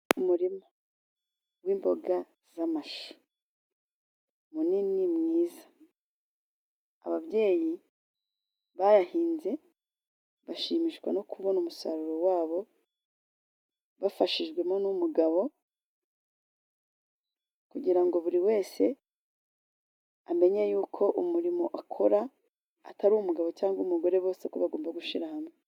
Umurima w'imboga z'amashu. Munini mwiza. Ababyeyi bayahinze bashimishwa no kubona umusaruro wabo, bafashijwemo n'umugabo kugira ngo buri wese amenye yuko umurimo akora atari umugabo cyangwa umugore bose ko bagomba gushira hamwe.